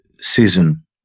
season